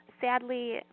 sadly